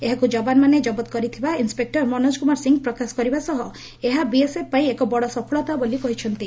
ଏହାକୁ ଜବାନମାନେ ଜବତ କରିଥିବା ଇନନ୍ୱେପେକ୍କର ମନୋଜ କୁମାର ସିଂ ପ୍ରକାଶ କରିବା ସହ ଏହା ବିଏସଏଫ ପାଇଁ ଏକ ବଡ଼ ସଫଳତା ବୋଲି କହିଛନ୍ତି